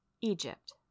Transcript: Egypt